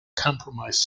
compromised